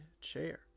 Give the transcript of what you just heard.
chair